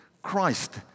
Christ